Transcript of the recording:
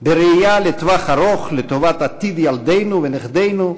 בראייה לטווח ארוך לטובת עתיד ילדינו ונכדינו,